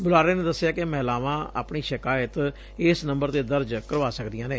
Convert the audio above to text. ਬੁਲਾਰੇ ਨੇ ਦੱਸਿਐ ਕਿ ਮਹਿਲਾਵਾਂ ਆਪਣੀ ਸ਼ਿਕਾਇਤ ਇਸ ਨੰਬਰ ਤੇ ਦਰਜ਼ ਕਰਵਾ ਸਕਦੀਆਂ ਨੇ